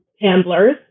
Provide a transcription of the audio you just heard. handlers